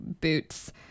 boots